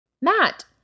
Matt